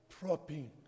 propping